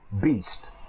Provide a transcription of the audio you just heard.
beast